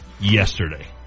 yesterday